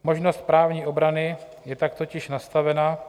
Možnost právní obrany je tak totiž nastavena .